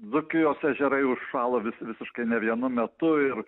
dzūkijos ežerai užšąla vis visiškai ne vienu metu ir